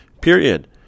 period